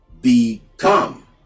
become